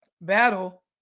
battle